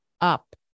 up